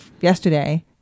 yesterday